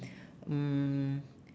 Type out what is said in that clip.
mm